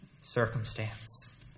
circumstance